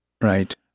Right